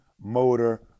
motor